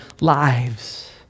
lives